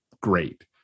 great